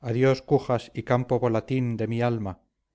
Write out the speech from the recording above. adiós cujas y campo volantín de mi alma